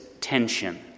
tension